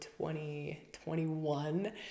2021